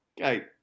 Okay